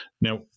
Now